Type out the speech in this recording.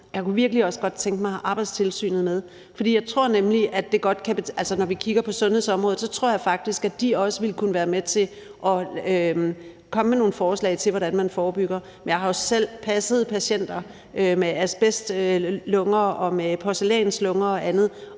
virkelig også godt tænke mig at have Arbejdstilsynet med. For når vi kigger på sundhedsområdet, tror jeg faktisk, at de også ville kunne være med til at komme med nogle forslag til, hvordan man forebygger. Jeg har også selv passet patienter med asbestlunger og med porcelænslunger og andet,